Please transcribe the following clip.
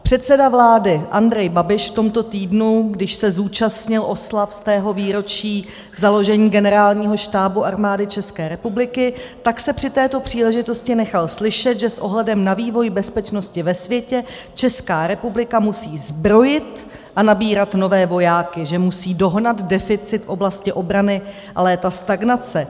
Předseda vlády Andrej Babiš se v tomto týdnu, když se zúčastnil oslav stého výročí založení Generálního štábu Armády České republiky, při této příležitosti nechal slyšet, že s ohledem na vývoj bezpečnosti ve světě Česká republika musí zbrojit a nabírat nové vojáky, že musí dohnat deficit v oblasti obrany a léta stagnace.